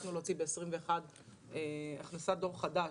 הספקנו להפעיל בשנת 2021 הכנסת דור חדש.